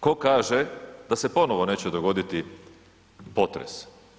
Ko kaže da se ponovo neće dogoditi potres?